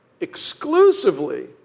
exclusively